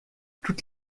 toutes